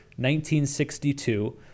1962